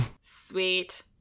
Sweet